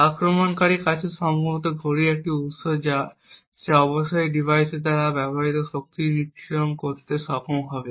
আক্রমণকারীর কাছে সম্ভবত ঘড়ির একটি উৎস যা সে অবশ্যই ডিভাইসের দ্বারা ব্যবহৃত শক্তি নিরীক্ষণ করতে সক্ষম হবে